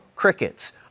Crickets